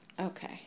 Okay